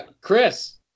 Chris